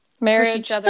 marriage